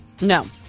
no